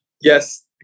yes